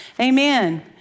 amen